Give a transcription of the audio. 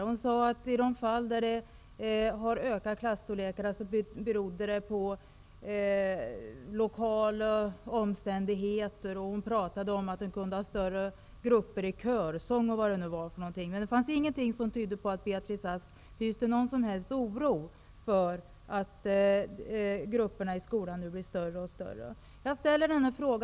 Hon sade vidare, att i de fall där storleken på klasserna ökade berodde det på lokala omständigheter, som exempelvis större grupper i körsång -- eller vad det nu var för någonting. Att Beatrice Ask hyste någon som helst oro för att grupperna i skolan skulle bli större och större, fanns det emellertid ingenting som tydde på.